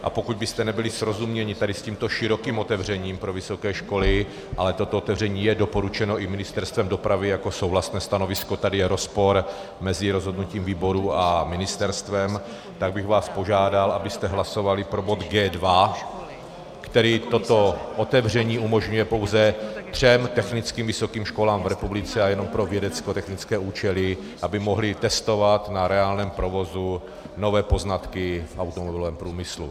A pokud byste nebyli srozuměni tady s tímto širokým otevřením pro vysoké školy, ale toto otevření je doporučeno i Ministerstvem dopravy jako souhlasné stanovisko, tady je rozpor mezi rozhodnutím výboru a ministerstvem, tak bych vás požádal, abyste hlasovali pro bod G2, který toto otevření umožňuje pouze třem technickým vysokým školám v republice a jenom pro vědeckotechnické účely, aby mohly testovat na reálném provozu nové poznatky v automobilovém průmyslu.